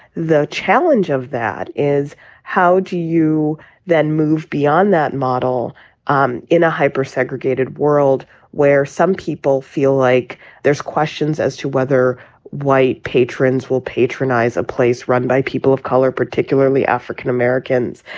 the challenge of that is how do you then move beyond that model um in a hyper segregated world where some people feel like there's questions as to whether white patrons will patronize a place run by people of color, particularly african-americans.